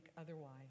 otherwise